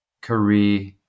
career